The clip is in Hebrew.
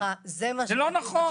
זה לא נכון.